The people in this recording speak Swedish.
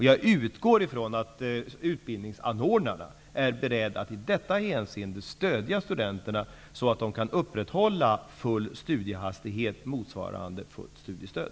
Jag utgår ifrån att utbildningsanordnarna är beredda att i detta hänseende stödja studenterna, så att de kan upprätthålla full studiehastighet motsvarande fullt studiestöd.